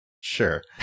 Sure